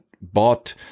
bought